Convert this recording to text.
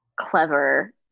clever